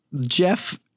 Jeff